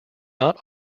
not